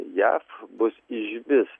jav bus išvis